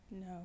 No